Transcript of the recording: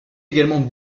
également